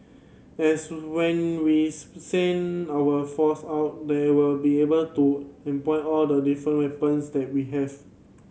as when we send our force out they will be able to employ all the different weapons that we have